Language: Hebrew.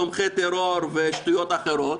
תומכי טרור ושטויות אחרות.